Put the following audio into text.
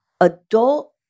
adult